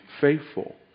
faithful